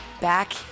back